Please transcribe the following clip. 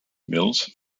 mills